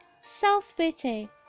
self-pity